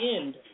end